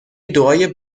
دعای